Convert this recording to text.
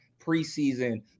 preseason